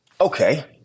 Okay